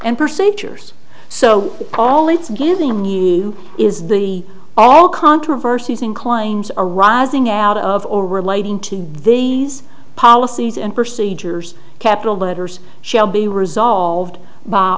and procedures so all it's giving you is the all controversies inclines arising out of or relating to these policies and procedures capital letters shall be resolved by